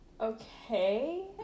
Okay